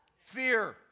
fear